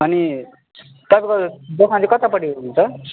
अनि तपाईँको दोकान चाहिँ कतापट्टि हुनुहुन्छ